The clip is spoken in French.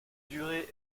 durée